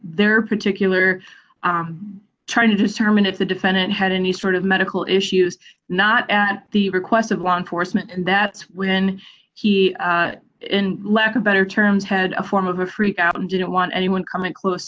their particular trying to determine if the defendant had any sort of medical issues not at the request of law enforcement and that's when he left a better terms had a form of a freak out and didn't want anyone coming close